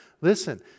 Listen